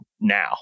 now